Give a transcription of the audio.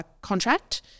contract